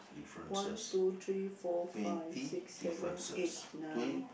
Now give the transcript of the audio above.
one two three four five six seven eight nine